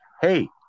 hey